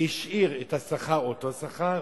והשאיר את השכר אותו שכר,